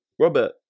Robert